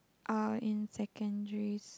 uh in secondary